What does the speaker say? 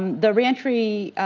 the reentry